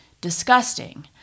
disgusting